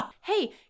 Hey